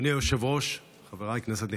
אדוני היושב-ראש, חבריי, כנסת נכבדה,